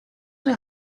will